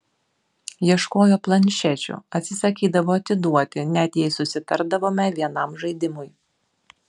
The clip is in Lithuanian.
ieškojo planšečių atsisakydavo atiduoti net jei susitardavome vienam žaidimui